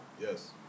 Yes